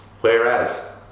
Whereas